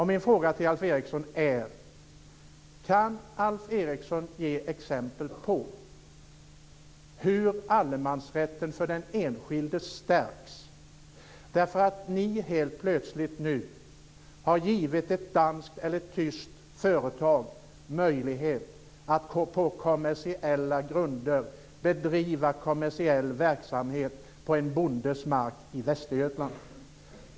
Min fråga till Alf Eriksson är: Kan Alf Eriksson ge exempel på hur allemansrätten för den enskilde stärks genom att ni helt plötsligt har givit ett danskt eller ett tyskt företag möjlighet att på kommersiella grunder bedriva kommersiell verksamhet på en bondes mark i Västergötland?